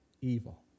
evil